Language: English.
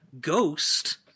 ghost